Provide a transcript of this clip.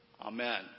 Amen